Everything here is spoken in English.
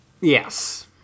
Yes